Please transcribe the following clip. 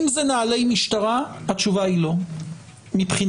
אם זה נהלי משטרה, התשובה היא לא, מבחינתי.